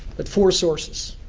but four sources.